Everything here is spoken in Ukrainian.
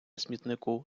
смітнику